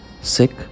sick